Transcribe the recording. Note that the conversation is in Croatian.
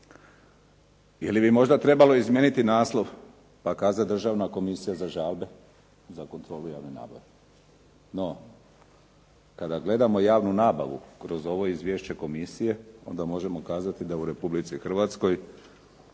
… ili bi možda trebalo izmijeniti naslov pa kazat Državna komisija za žalbe za kontrolu javne nabave. No, kada gledamo javnu nabavu kroz ovo izvješće komisije onda možemo kazati da u Republici Hrvatskoj